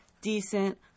decent